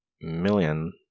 million